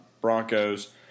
Broncos